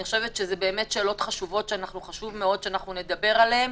אני חושבת שאלה שאלות חשובות שחשוב שנדבר עליהן